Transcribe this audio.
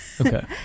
okay